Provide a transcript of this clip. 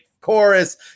chorus